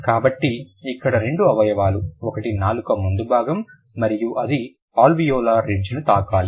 కాబట్టి ఇక్కడ రెండు అవయవాలు ఒకటి నాలుక ముందు భాగం మరియు అది అల్వియోలార్ రిడ్జ్ను తాకాలి